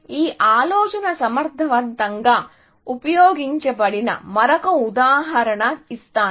ఈ ఆలోచన సమర్థవంతంగా ఉపయోగించబడిన మరొక ఉదాహరణ ఇస్తాను